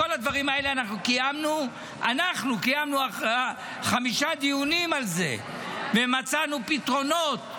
על כל הדברים האלה אנחנו קיימנו חמישה דיונים ומצאנו פתרונות,